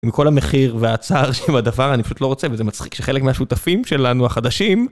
מכל המחיר והצער של הדבר אני פשוט לא רוצה וזה מצחיק שחלק מהשותפים שלנו החדשים